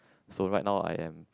so right now I am